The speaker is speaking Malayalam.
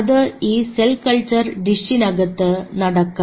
അത് ഈ സെൽ കൾച്ചർ ഡിഷിനകത്തു നടക്കണം